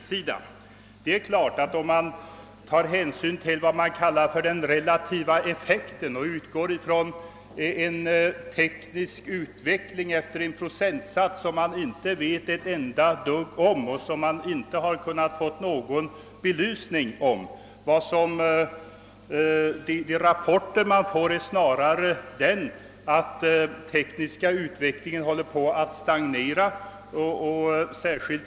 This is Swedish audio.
Det ligger något i resonemanget om man tar hänsyn till vad man kallar för den relativa effekten och utgår ifrån en teknisk utveckling efter en procentsats som ingen tycks veta ett enda dugg om och som man inte har kunnat få någon upplysning om. Men enligt de rapporter som lämnats får man ett intryck av att den tekniska utvecklingen håller på att stagnera.